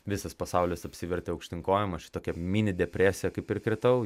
visas pasaulis apsivertė aukštyn kojom aš į tokią mini depresiją kaip ir kritau